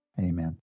Amen